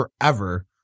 forever